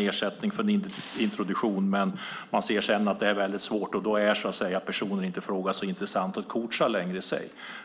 ersättning för en introduktion. När man sedan ser att det är väldigt svårt är det inte längre så intressant att coacha en person.